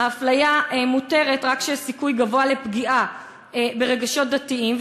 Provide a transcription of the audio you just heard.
-- האפליה מותרת רק כשיש סיכוי גבוה לפגיעה ברגשות דתיים,